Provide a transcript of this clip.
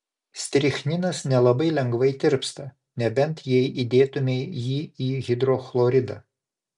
strichninas nelabai lengvai tirpsta nebent jei įdėtumei jį į hidrochloridą